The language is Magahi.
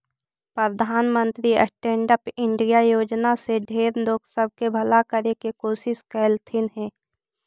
प्रधानमंत्री स्टैन्ड अप इंडिया योजना से ढेर लोग सब के भला करे के कोशिश कयलथिन हे